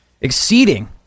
exceeding